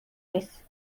نیست